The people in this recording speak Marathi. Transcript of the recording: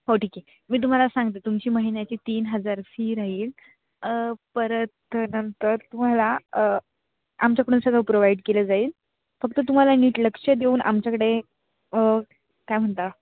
हो ठीक आहे मी तुम्हाला सांगते तुमची महिन्याची तीन हजार फी राहील परत नंतर तुम्हाला आमच्याकडून सगळं प्रोव्हाइड केलं जाईल फक्त तुम्हाला नीट लक्षं देऊन आमच्याकडे काय म्हणता